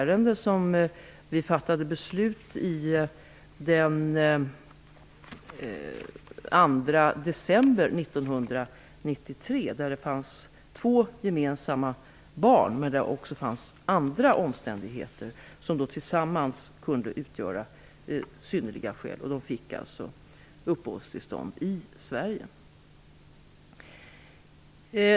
Regeringen fattade beslut i ett sådant ärende den 2 december 1993. I det fallet fanns det två gemensamma barn och även andra omständigheter som tillsammans utgjorde synnerliga skäl. Personerna fick alltså uppehållstillstånd i Sverige.